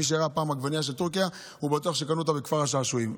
מי שראה פעם עגבנייה של טורקיה היה בטוח שקנו אותה בכפר השעשועים.